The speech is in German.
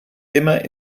immer